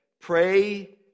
pray